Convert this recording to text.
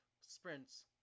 sprints